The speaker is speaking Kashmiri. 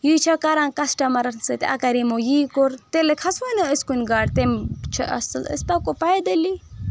ییٖ چھا کران کسٹمرن سۭتۍ اگر یِمو ییٖ کوٚر تیٚلہِ کھسوٕے نہٕ أسۍ کُنہِ گاڑِ تیٚمہِ چھِ اصل أسۍ پکو پایدٕلی